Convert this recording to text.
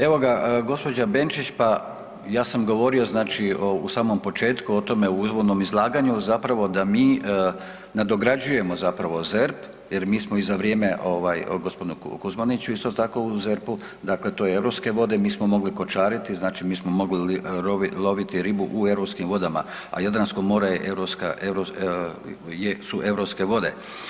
Evo ga, gđa. Benčić, pa ja sam govorio znači u samom početku o tome, uvodnom izlaganju, zapravo da mi nadograđujemo zapravo ZERP jer mi smo i za vrijeme g. Kuzmaniću, isto tako, u ZERP-u dakle to je europske vode, mi smo mogli kočariti, znači mi smo mogli loviti ribu u europskim vodama, a Jadransko more je europska, su europske vode.